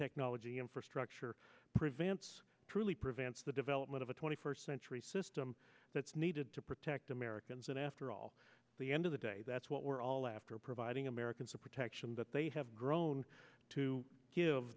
technology infrastructure prevents truly prevents the development of a twenty first century system that's needed to protect americans and after all the end of the day that's what we're all after providing americans for protection but they have grown to give